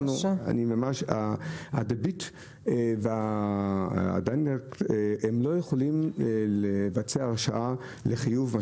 הדביט והדיירקט לא יכולים לבצע הרשאה לחיוב.